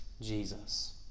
Jesus